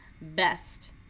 best